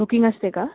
booking असते का